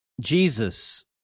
Jesus